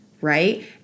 right